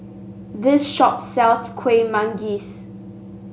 this shop sells Kuih Manggis